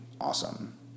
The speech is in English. awesome